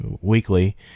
weekly